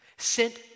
sent